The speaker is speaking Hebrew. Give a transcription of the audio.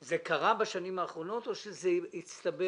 זה קרה בשנים האחרונות או שזה הצטבר?